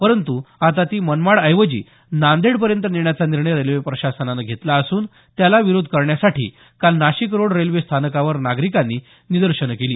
परंतु आता ती मनमाडऐवजी नांदेडपर्यंत नेण्याचा निर्णय रेल्वे प्रशासनानं घेतला असून त्याला विरोध करण्यासाठी काल नाशिक रोड रेल्वे स्थानकावर नागरिकांनी निदर्शनं केली